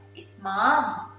is mom.